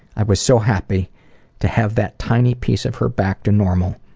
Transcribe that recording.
i was so happy to have that tiny piece of her back to normal,